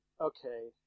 okay